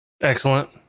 Excellent